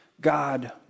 God